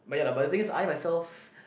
but ya lah but the thing is I myself